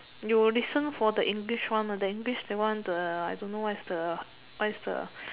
you will listen for the English one the English that one I don't know what's the what's the